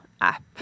app